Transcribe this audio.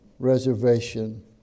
Reservation